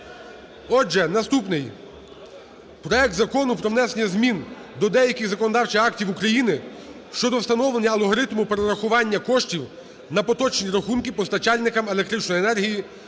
Отже, наступний – проект Закону про внесення змін до деяких законодавчих актів України щодо встановлення алгоритму перерахування коштів на поточні рахунки постачальникам електричної енергії за регульованим